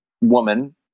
woman